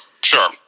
sure